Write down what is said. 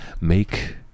make